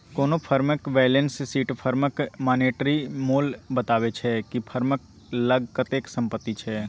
कोनो फर्मक balance sheet फर्मक मानेटिरी मोल बताबै छै कि फर्मक लग कतेक संपत्ति छै